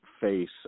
face